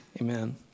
Amen